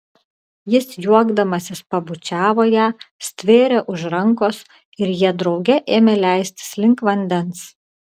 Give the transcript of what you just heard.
jis juokdamasis pabučiavo ją stvėrė už rankos ir jie drauge ėmė leistis link vandens